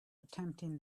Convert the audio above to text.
attempting